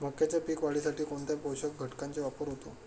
मक्याच्या पीक वाढीसाठी कोणत्या पोषक घटकांचे वापर होतो?